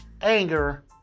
anger